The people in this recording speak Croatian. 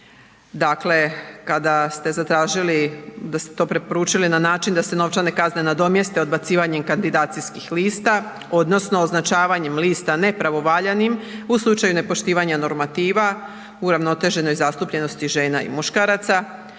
Dakle, kada ste zatražili, preporučili na način da se novčane kazne nadomjeste odbacivanjem kandidacijskih lista odnosno označavanjem lista nepravovaljanim u slučaju nepoštivanja normativa uravnoteženoj zastupljenosti žena i muškaraca,